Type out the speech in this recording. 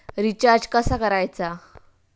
Recharge कसा करायचा?